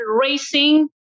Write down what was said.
Racing